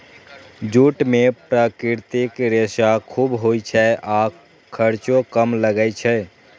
jute मे प्राकृतिक रेशा खूब होइ छै आ खर्चो कम लागै छै